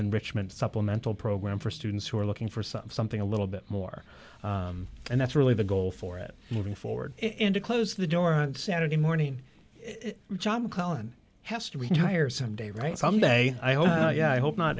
enrichment supplemental program for students who are looking for something something a little bit more and that's really the goal for it moving forward and to close the door on saturday morning which i'm calling has to retire some day right some day i hope yeah i hope not